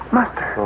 Master